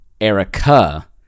Erica